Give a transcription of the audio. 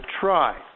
try